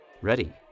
ready